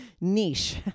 niche